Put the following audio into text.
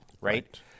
right